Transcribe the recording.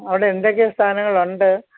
അവിടെ എന്തൊക്കെ സ്ഥാനങ്ങളുണ്ട്